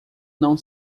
não